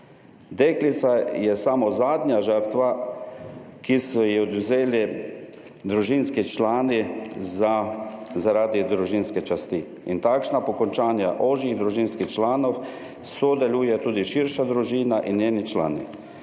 Deklica je samo zadnja žrtva, ki so ji odvzeli družinski člani, zaradi družinske časti in takšna po končanja ožjih družinskih članov sodeluje tudi širša družina in njeni člani.